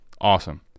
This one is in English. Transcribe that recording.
Awesome